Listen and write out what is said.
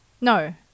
No